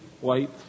white